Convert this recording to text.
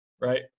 Right